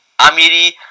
Amiri